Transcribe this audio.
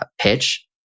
pitch